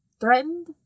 threatened